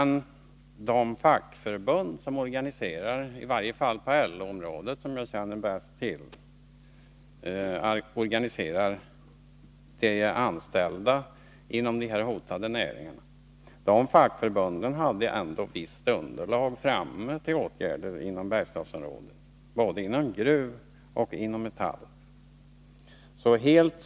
Men de fackförbund som organiserar de = anställda inom de hotade näringarna — i varje fall de på LO-området, både Om den industriel Gruv och Metall, som jag känner bäst till — hade ändå tagit fram ett visst — Ja verksamheten underlag för åtgärder inom Bergslagsområdet. Underlag saknades alltså inte — ;j Örebro län helt.